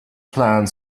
planned